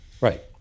Right